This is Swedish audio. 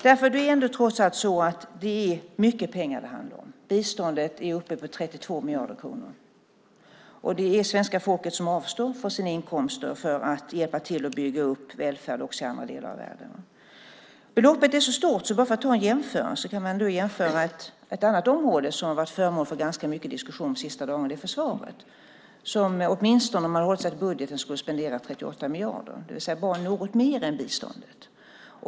Det handlar ju om mycket pengar. Biståndet är uppe i 32 miljarder kronor. Det är svenska folket som avstår från sina inkomster för att hjälpa till att bygga upp välfärd också i andra delar av världen. Beloppet är stort. Som jämförelse kan man ta ett annat område som har varit föremål för ganska mycket diskussion de senaste dagarna, nämligen försvaret som, om man håller sig till budget, skulle spendera 38 miljarder. Det är alltså bara något mer än biståndet.